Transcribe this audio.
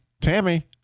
Tammy